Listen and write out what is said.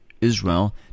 Israel